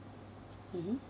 mmhmm